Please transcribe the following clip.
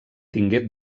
tingué